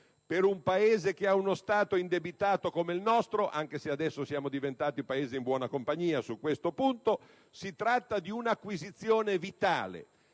Per un Paese che ha uno Stato indebitato come il nostro - anche se adesso siamo in buona compagnia su questo punto - si tratta di una acquisizione vitale: